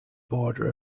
border